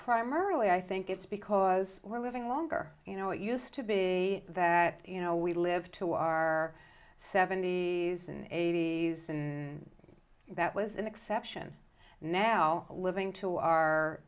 primarily i think it's because we're living longer you know it used to be a that you know we live to our seventy's and eighty's and that was an exception now living to our